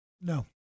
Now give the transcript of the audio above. No